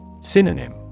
Synonym